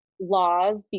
laws